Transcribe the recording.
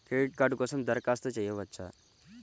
Credit card కోసం దరఖాస్తు చేయవచ్చా?